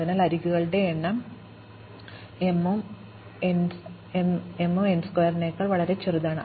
അതിനാൽ അരികുകളുടെ എണ്ണം m ഉം m ഉം n സ്ക്വയറിനേക്കാൾ വളരെ ചെറുതാണ്